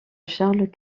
charles